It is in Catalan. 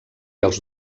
els